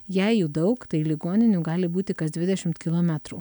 jei jų daug tai ligoninių gali būti kas dvidešimt kilometrų